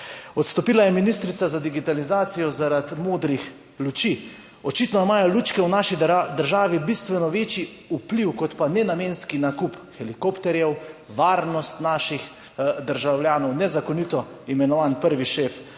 Odstopila je ministrica za digitalizacijo zaradi modrih luči. Očitno imajo lučke v naši državi bistveno večji vpliv kot pa nenamenski nakup helikopterjev, varnost naših državljanov, nezakonito imenovan prvi šef